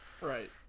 Right